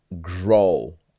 grow